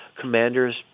Commander's